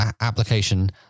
application